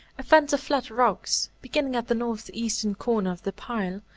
a fence of flat rocks, beginning at the northeastern corner of the pile,